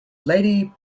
lady